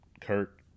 Kurt